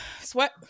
sweat